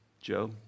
Joe